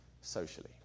socially